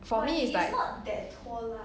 for me is like